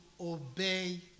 obey